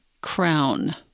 crown